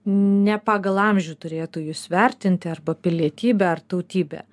ne pagal amžių turėtų jus vertinti arba pilietybę ar tautybę